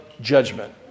judgment